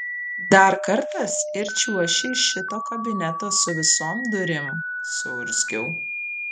dar kartas ir čiuoši iš šito kabineto su visom durim suurzgiau